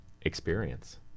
experience